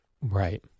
Right